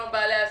בעלי עסקים.